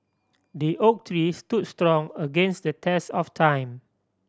the oak tree stood strong against the test of time